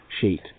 sheet